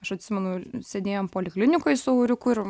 aš atsimenu sėdėjom poliklinikoj su auriuku ir